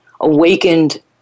awakened